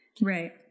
Right